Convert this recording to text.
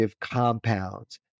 compounds